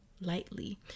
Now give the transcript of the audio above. lightly